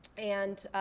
and